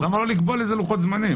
למה לא לקבוע לזה לוחות זמנים?